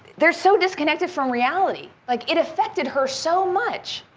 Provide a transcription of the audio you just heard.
they're so disconnected from reality. like it affected her so much.